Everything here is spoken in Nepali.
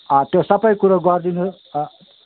त्यो सबै कुरो गरिदिनुहोस्